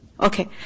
Okay